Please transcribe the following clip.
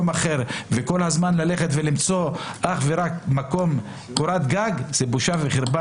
וכל הזמן לחפש קורת גג זה בושה וחרפה